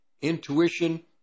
intuition